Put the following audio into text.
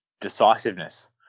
decisiveness